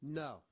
no